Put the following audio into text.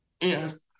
Yes